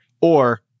or-